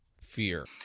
fear